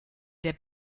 der